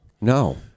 No